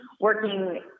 working